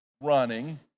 running